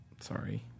Sorry